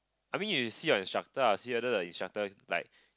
I mean you see your instructor ah see whether the instructor like